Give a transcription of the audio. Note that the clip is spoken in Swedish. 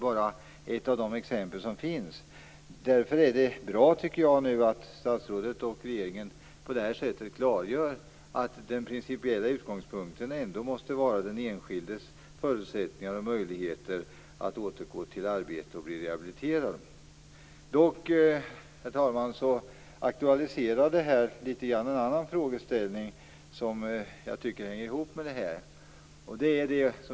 Jag tycker därför att det är bra att statsrådet och regeringen på det här sättet klargör att den principiella utgångspunkten måste vara den enskildes möjligheter att bli rehabiliterad och återgå i arbete. Herr talman! Här aktualiseras litet grand också en annan frågeställning som jag tycker hänger ihop med det här.